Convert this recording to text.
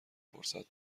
فرصت